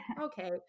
okay